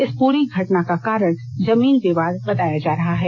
इस पूरी घटना का कारण जमीन विवाद बताया जा रहा है